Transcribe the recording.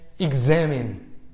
Examine